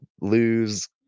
lose